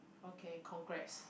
okay congrats